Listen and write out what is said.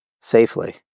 safely